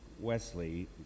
Wesley